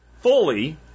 fully